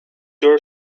door